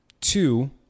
two